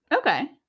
Okay